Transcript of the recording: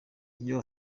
iyo